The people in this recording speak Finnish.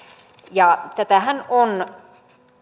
tätähän on